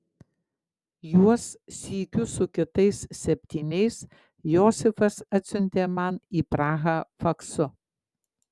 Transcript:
juos sykiu su kitais septyniais josifas atsiuntė man į prahą faksu